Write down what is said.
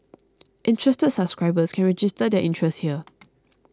interested subscribers can register their interest here